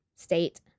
state